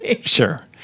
Sure